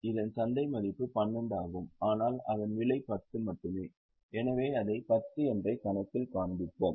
இதன் சந்தை மதிப்பு 12 ஆகும் ஆனால் அதன் விலை 10 மட்டுமே எனவே அதை 10 என்றே கணக்கில் காண்பிப்போம்